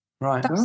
Right